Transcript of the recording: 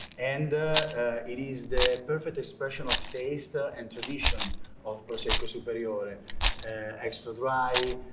and it is the perfect expression of taste and tradition of prosecco superiore extra dry.